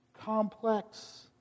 complex